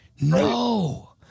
no